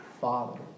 Father